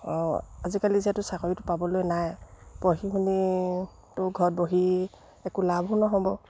আজিকালি যিহেতু চাকৰিটো পাবলৈ নাই বহি মেলিতো ঘৰত বহি একো লাভো নহ'ব